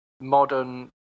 modern